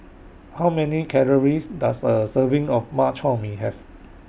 How Many Calories Does A Serving of Bak Chor Mee Have